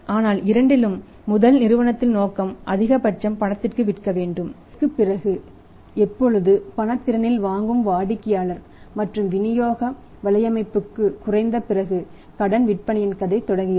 ஆனால் இரண்டிலும் முதலில் நிறுவனத்தின் நோக்கம் அதிகபட்சம் பணத்திற்கு விற்க வேண்டும் அதற்குப் பிறகு எப்பொழுது பண திறனில் வாங்கும் வாடிக்கையாளர் மற்றும் விநியோக வலையமைப்பு குறைந்த பிறகு கடன் விற்பனையின் கதை தொடங்குகிறது